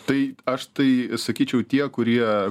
tai aš tai sakyčiau tie kurie